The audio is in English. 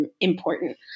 important